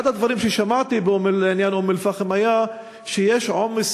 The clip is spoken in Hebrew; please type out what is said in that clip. אחד הדברים ששמעתי בעניין אום-אלפחם היה שיש עומס